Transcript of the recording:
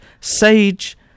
Sage